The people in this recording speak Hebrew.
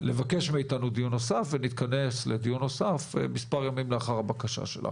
לבקש מאיתנו דיון נוסף ונתכנס לדיון נוסף מספר ימים לאחר הבקשה שלך.